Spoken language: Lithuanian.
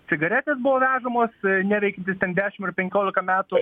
cigaretės buvo vežamos neveikiantis ten dešim ar penkiolika metų